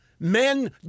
Men